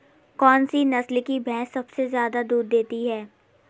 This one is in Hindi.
कौन सी नस्ल की भैंस सबसे ज्यादा दूध देती है?